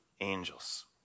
angels